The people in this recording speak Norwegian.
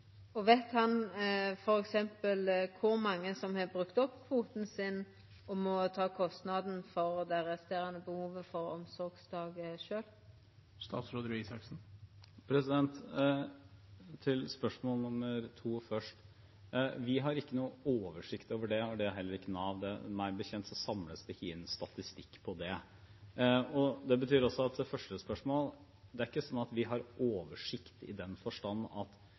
Og veit han f.eks. kor mange som har brukt opp kvoten sin og må ta kostnaden for det resterande behovet for omsorgsdagar sjølve? Til spørsmål nummer 2 først: Vi har ikke noen oversikt over det, og det har heller ikke Nav. Meg bekjent samles det ikke inn statistikk over det. Det betyr også, når det gjelder det første spørsmålet, at vi ikke har oversikt i den forstand at